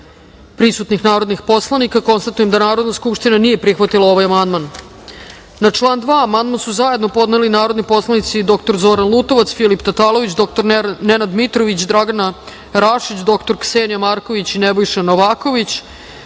prisutnih 149 narodnih poslanika. Konstatujem da Narodna skupština nije prihvatila ovaj amandman. Na član 1. amandman su zajedno podneli narodni poslanici dr Zoran Lutovac, Filip Tatalović, Nenad Mitrović, Dragana Rašić, dr Ksenija Marković, Nebojša Novaković. Stavljam